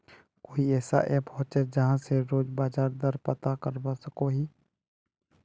कोई ऐसा ऐप होचे जहा से रोज बाजार दर पता करवा सकोहो ही?